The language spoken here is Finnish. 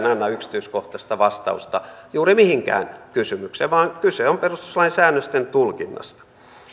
anna yksityiskohtaista vastausta juuri mihinkään kysymykseen vaan kyse on perustuslain säännösten tulkinnasta